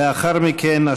לאחר מכן,